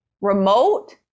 remote